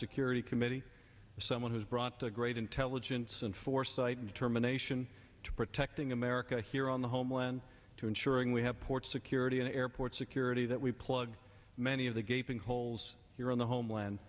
security committee someone has brought a great intelligence and foresight and determination to protecting america here on the homeland to ensuring we have port security an airport security that we plug many of the gaping holes here in the homeland